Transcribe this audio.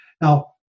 Now